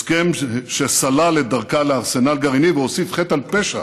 הסכם שסלל את דרכה לארסנל גרעיני והוסיף חטא על פשע